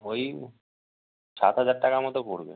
ওই সাত হাজার টাকার মতো পড়বে